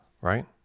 right